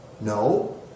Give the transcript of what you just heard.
No